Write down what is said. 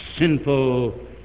sinful